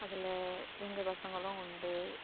அதில் எங்கள் பசங்களும் உண்டு